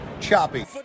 Choppy